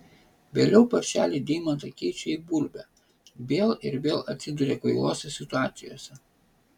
vėliau paršeliai deimantą keičia į bulvę vėl ir vėl atsiduria kvailose situacijose